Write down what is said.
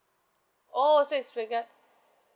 orh so it's regard